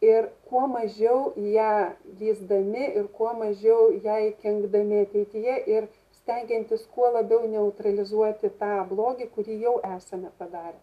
ir kuo mažiau į ją lįsdami ir kuo mažiau jai kenkdami ateityje ir stengiantis kuo labiau neutralizuoti tą blogį kurį jau esame padarę